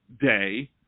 day